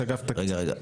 חבר הכנסת חוג'יראת.